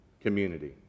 community